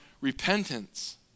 repentance